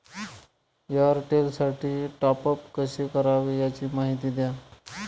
एअरटेलसाठी टॉपअप कसे करावे? याची माहिती द्या